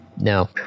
no